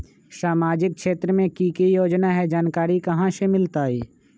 सामाजिक क्षेत्र मे कि की योजना है जानकारी कहाँ से मिलतै?